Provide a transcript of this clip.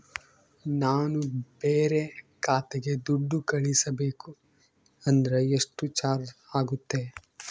ನಾನು ಬೇರೆ ಖಾತೆಗೆ ದುಡ್ಡು ಕಳಿಸಬೇಕು ಅಂದ್ರ ಎಷ್ಟು ಚಾರ್ಜ್ ಆಗುತ್ತೆ?